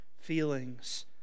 feelings